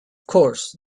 course